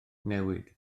newid